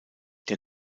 der